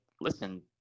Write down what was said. listen